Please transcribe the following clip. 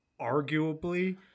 arguably